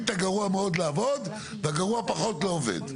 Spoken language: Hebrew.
את הגרוע מאוד לעבוד והגרוע פחות לא עובד.